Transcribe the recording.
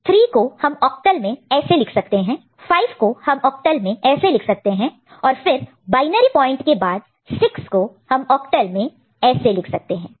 3 को हम ऑक्टल में ऐसे लिखते हैं 5 को हम ऑक्टल में ऐसे लिखते हैं और फिर बायनरी पॉइंट के बाद 6 को हम ऑक्टल में ऐसे लिखते हैं